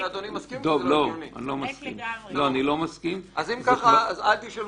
הם רוצים להשאיר